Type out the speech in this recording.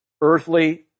earthly